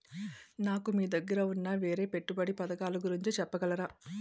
నాకు మీ దగ్గర ఉన్న వేరే పెట్టుబడి పథకాలుగురించి చెప్పగలరా?